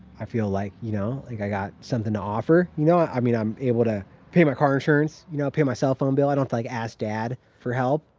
i feel like, you know, like i got something to offer, you know? i mean, i'm able to pay my car insurance, you know, pay my cell phone bill. i don't think ask dad for help.